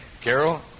Carol